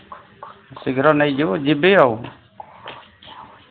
ଶୀଘ୍ର ନେଇଯିବୁ ଯିବି ଆଉ